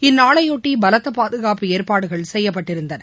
இந்நாளையொட்டி பலத்த பாதுகாப்பு ஏற்பாடுகள் செய்யப்பட்டிருந்தன